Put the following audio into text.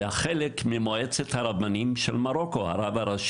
מספרים על הרב משאש